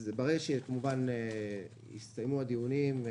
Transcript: ברגע שיסתיימו הדיונים.